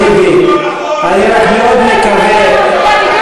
אני לא, אתה הגזען הראשי פה בבית הזה.